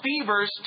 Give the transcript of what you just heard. fevers